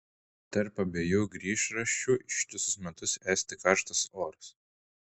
tarp abiejų grįžračių ištisus metus esti karštas oras